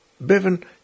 Bevan